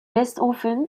westhoffen